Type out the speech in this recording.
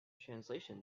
translation